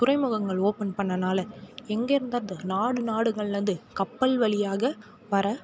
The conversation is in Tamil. துறைமுகங்கள் ஒப்பன் பண்ணனால் எங்கேருந்து அந்த நாலு நாடுகள்லேருந்து கப்பல் வழியாக வர